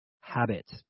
habit